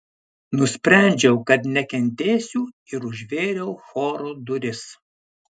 nusprendžiau kad nekentėsiu ir užvėriau choro duris